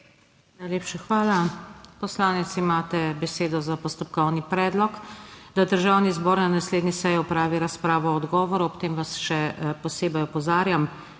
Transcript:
Najlepša hvala. Poslanec, imate besedo za postopkovni predlog, da državni zbor na naslednji seji opravi razpravo o odgovoru. Ob tem vas še posebej opozarjam,